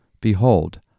Behold